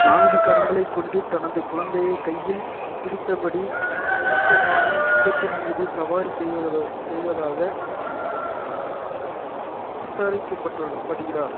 நான்கு கரங்களைக் கொண்டு தனது குழந்தையைக் கையில் பிடித்தபடி மூர்க்கமான சிங்கத்தின் மீது சவாரி செய்வத செய்வதாக சித்தரிக்கப்பட்டு படுகிறார்